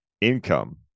income